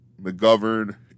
McGovern